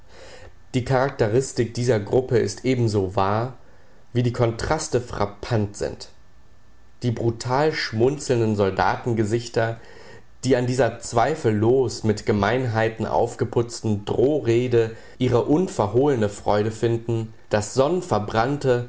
die charakteristik dieser gruppe ist eben so wahr wie die kontraste frappant sind die brutal schmunzelnden soldatengesichter die an dieser zweifellos mit gemeinheiten aufgeputzten drohrede ihre unverhohlene freude finden das